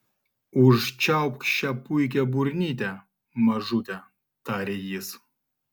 užčiaupk šią puikią burnytę mažute tarė jis